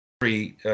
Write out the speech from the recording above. Three